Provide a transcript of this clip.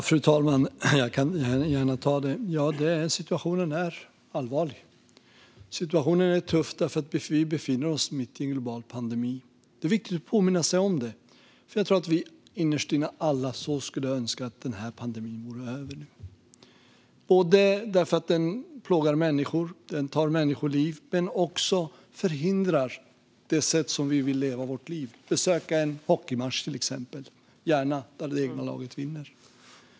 Fru talman! Ja, situationen är allvarlig. Vi befinner oss mitt i en global pandemi. Det är viktigt att påminna sig om det. Jag tror att vi alla innerst inne önskar att pandemin vore över. Den plågar människor och tar människoliv. Den förhindrar oss också att leva våra liv på det sätt vi vill, till exempel besöka en hockeymatch, gärna där det egna laget vinner.